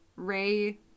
Ray